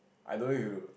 I know you